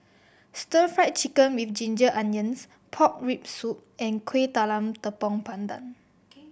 Stir Fried Chicken With Ginger Onions pork rib soup and Kueh Talam Tepong Pandan